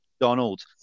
Donald